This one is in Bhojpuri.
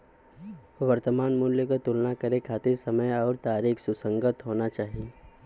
वर्तमान मूल्य क तुलना करे खातिर समय आउर तारीख सुसंगत होना चाही